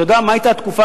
אתה יודע מה היתה התקופה,